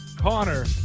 Connor